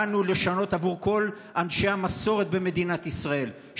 באנו לשנות עבור כל אנשי המסורת במדינת ישראל,